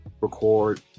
Record